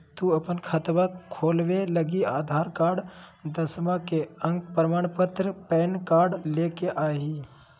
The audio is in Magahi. तू अपन खतवा खोलवे लागी आधार कार्ड, दसवां के अक प्रमाण पत्र, पैन कार्ड ले के अइह